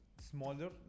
smaller